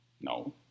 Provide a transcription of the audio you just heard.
No